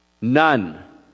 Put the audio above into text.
None